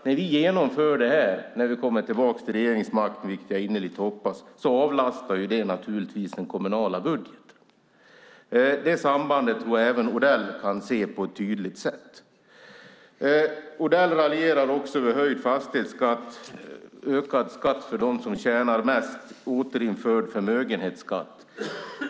När vi genomför detta när vi kommer tillbaka till regeringsmakten, vilket jag innerligt hoppas att vi gör, avlastar det naturligtvis den kommunala budgeten. Detta samband tror jag att även Odell kan se på ett tydligt sätt. Odell raljerar också över höjd fastighetsskatt, ökad skatt för dem som tjänar mest och återinförd förmögenhetsskatt.